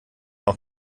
auch